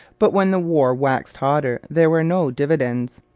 but when the war waxed hotter there were no dividends.